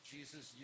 Jesus